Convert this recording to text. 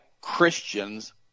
Christians